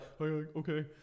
okay